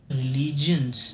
religions